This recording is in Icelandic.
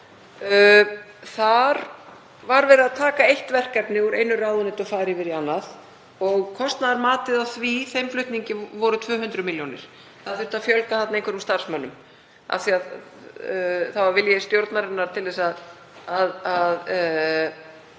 ræða var verið að taka eitt verkefni úr einu ráðuneyti og færa yfir í annað og kostnaðarmatið á þeim flutningi var 200 millj. kr. Það þurfti að fjölga þarna einhverjum starfsmönnum af því að það var vilji stjórnarinnar að efla